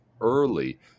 early